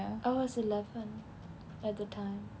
I was eleven at that time